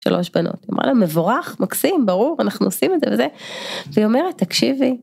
שלוש בנות, אומר לה מבורך, מקסים, ברור, אנחנו עושים את זה וזה, והיא אומרת, תקשיבי